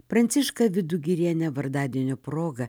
prancišką vidugirienę vardadienio proga